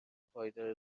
پایدار